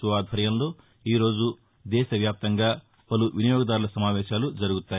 ఓ ఆధ్వర్యంలో ఈరోజు దేశ వ్యాప్తంగా పలు వినియోగదారుల సమావేశాలు జరుగుతాయి